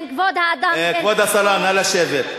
כבוד השרה, נא לשבת.